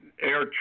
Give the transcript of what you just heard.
air